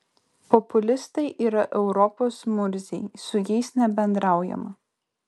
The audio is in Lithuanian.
populistai yra europos murziai su jais nebendraujama